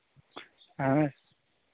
اَہن حظ